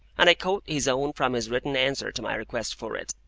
and i quote his own from his written answer to my request for it.